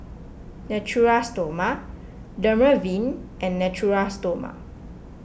Natura Stoma Dermaveen and Natura Stoma